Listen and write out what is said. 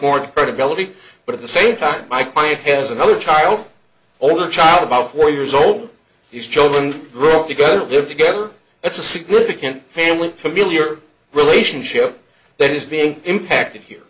more credibility but at the same time my client has another child only child about four years old these children grow up together live together it's a significant family familiar relationship that is being impacted here